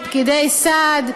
לפקידי סעד.